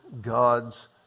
God's